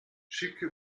schicke